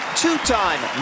two-time